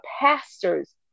pastors